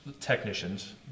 technicians